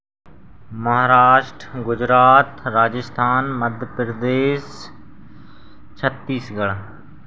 Maharashtra Gujarat Rajasthan Madhya Pradesh Chhattisgarh